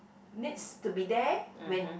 needs to be there when